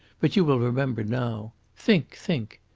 but you will remember now. think! think!